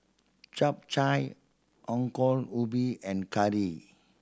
Chap Chai Ongol Ubi and curry